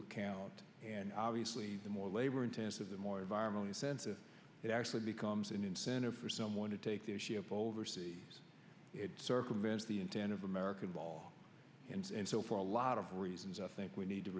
account and obviously the more labor intensive the more environmentally sensitive it actually becomes an incentive for someone to take their ship overseas it circumvents the intent of american ball ins and so for a lot of reasons i think we need to